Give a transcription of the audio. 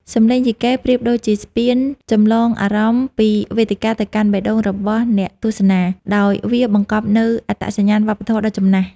សំឡេងយីកេប្រៀបដូចជាស្ពានចម្លងអារម្មណ៍ពីវេទិកាទៅកាន់បេះដូងរបស់អ្នកទស្សនា ដោយវាបង្កប់នូវអត្តសញ្ញាណវប្បធម៌ដ៏ចំណាស់។